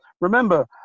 Remember